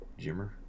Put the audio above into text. Jimmer